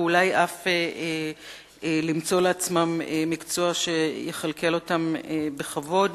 ואולי אף למצוא לעצמם מקצוע שיכלכל אותם בכבוד.